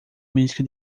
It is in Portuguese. música